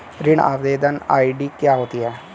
ऋण आवेदन आई.डी क्या होती है?